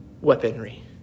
weaponry